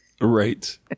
Right